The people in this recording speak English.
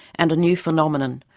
and a new phenomenon,